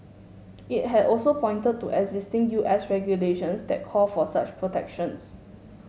it had also pointed to existing U S regulations that call for such protections